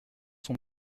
sont